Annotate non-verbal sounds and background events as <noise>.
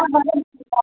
<unintelligible>